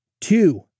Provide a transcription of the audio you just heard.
Two